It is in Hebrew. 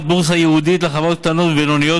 בורסה ייעודית לחברות קטנות ובינוניות,